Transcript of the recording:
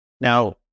Now